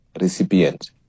recipient